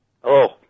Hello